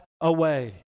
away